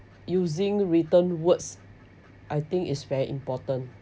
using written words I think is very important